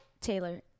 Taylor